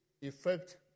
effect